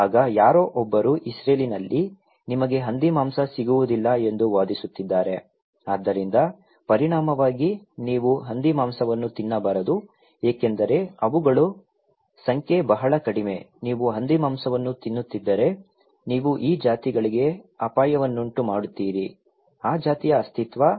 ಆಗ ಯಾರೋ ಒಬ್ಬರು ಇಸ್ರೇಲ್ನಲ್ಲಿ ನಿಮಗೆ ಹಂದಿಮಾಂಸ ಸಿಗುವುದಿಲ್ಲ ಎಂದು ವಾದಿಸುತ್ತಿದ್ದಾರೆ ಆದ್ದರಿಂದ ಪರಿಣಾಮವಾಗಿ ನೀವು ಹಂದಿಮಾಂಸವನ್ನು ತಿನ್ನಬಾರದು ಏಕೆಂದರೆ ಅವುಗಳು ಸಂಖ್ಯೆ ಬಹಳ ಕಡಿಮೆ ನೀವು ಹಂದಿಮಾಂಸವನ್ನು ತಿನ್ನುತ್ತಿದ್ದರೆ ನೀವು ಈ ಜಾತಿಗಳಿಗೆ ಅಪಾಯವನ್ನುಂಟು ಮಾಡುತ್ತೀರಿ ಆ ಜಾತಿಯ ಅಸ್ತಿತ್ವ